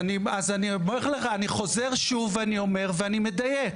אני אומר לך: אני חוזר שוב ואני אומר ואני מדייק.